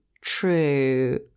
true